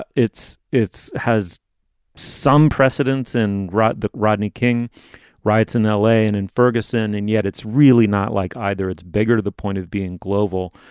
ah it's it's has some precedents in the rodney king riots in l a. and in ferguson. and yet it's really not like either. it's bigger to the point of being global.